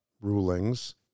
rulings